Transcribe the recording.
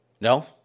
No